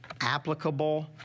applicable